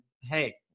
hey